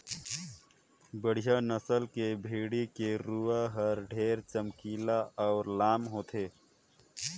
बड़िहा नसल के भेड़ी के रूवा हर ढेरे चमकीला अउ लाम होथे